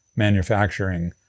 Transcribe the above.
manufacturing